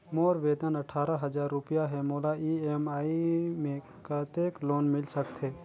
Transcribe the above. मोर वेतन अट्ठारह हजार रुपिया हे मोला ई.एम.आई मे कतेक लोन मिल सकथे?